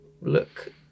look